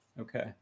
Okay